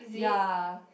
ya